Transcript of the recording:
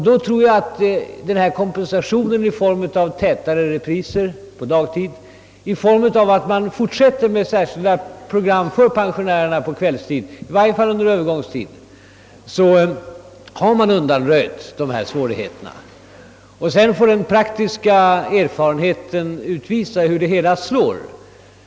Jag tror emellertid att genom kompensation i form av tätare repriser på dagtid och det förhållandet att man fortsätter med särskilda program för pensionärer på kvällstid — i varje fall under en övergångstid — har dessa svårigheter undanröjts. Sedan får den praktiska erfarenheten utvisa hur det hela utfaller.